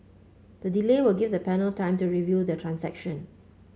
the delay will give the panel time to review the transaction